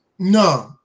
No